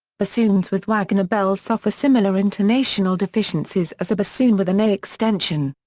bassoons with wagner bells suffer similar intonational deficiencies as a bassoon with an a extension.